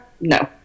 No